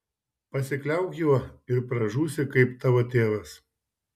pasikliauk juo ir pražūsi kaip tavo tėvas